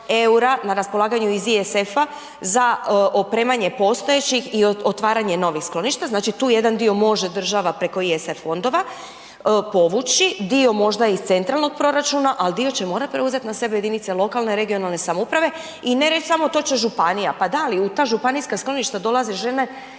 na raspolaganju iz ISF-a za opremanje postojećih i otvaranje novih skloništa, znači tu jedna dio može država preko ISF fondova povući, dio možda iz centralnog proračuna, al dio će morat preuzet na sebe jedinice lokalne i regionalne samouprave i ne reć samo to će županija, pa da, ali u ta županijska skloništa dolaze žene